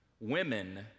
women